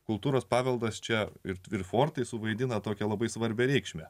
kultūros paveldas čia ir ir fortao suvaidino tokią labai svarbią reikšmę